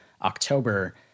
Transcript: October